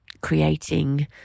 creating